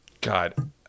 God